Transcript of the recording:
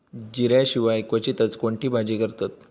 जिऱ्या शिवाय क्वचितच कोणती भाजी करतत